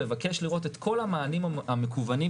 לבקש לראות את כל המענים המקוונים,